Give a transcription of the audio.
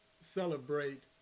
celebrate